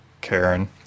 Karen